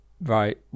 Right